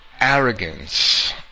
arrogance